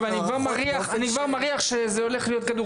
אני כבר מריח שזה הולך להיות כדור